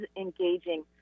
engaging